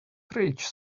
fridge